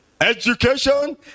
education